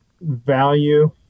value